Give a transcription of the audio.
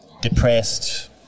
depressed